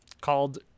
called